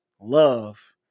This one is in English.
love